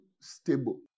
stable